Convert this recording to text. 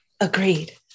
Agreed